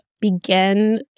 begin